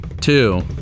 two